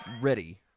ready